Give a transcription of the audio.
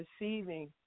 receiving